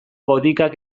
botikak